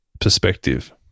perspective